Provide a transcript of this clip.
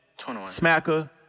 Smacker